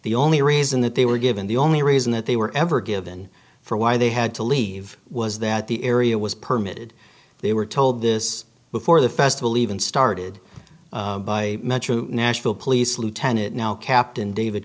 the only reason that they were given the only reason that they were ever given for why they had to leave was that the area was permitted they were told this before the festival even started by metro nashville police lieutenant now captain david